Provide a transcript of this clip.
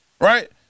Right